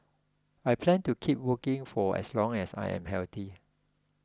I plan to keep working for as long as I am healthy